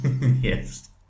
Yes